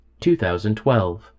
2012